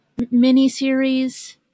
miniseries